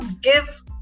give